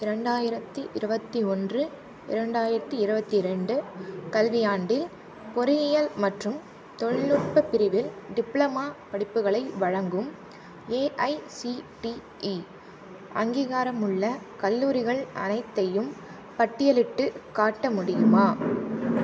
இரண்டாயிரத்தி இருபத்தி ஒன்று இரண்டாயிரத்தி இருபத்தி ரெண்டு கல்வியாண்டில் பொறியியல் மற்றும் தொழில்நுட்ப பிரிவில் டிப்ளமா படிப்புகளை வழங்கும் ஏஐசிடிஇ அங்கீகாரமுள்ள கல்லூரிகள் அனைத்தையும் பட்டியலிட்டுக் காட்ட முடியுமா